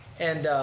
and